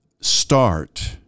start